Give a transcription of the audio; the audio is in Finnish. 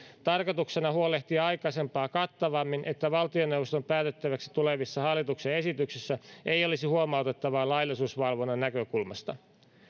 tarkoituksena huolehtia aikaisempaa kattavammin että valtioneuvoston päätettäväksi tulevissa hallituksen esityksissä ei olisi huomautettavaa laillisuusvalvonnan näkökulmasta